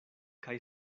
kaj